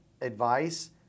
advice